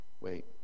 Wait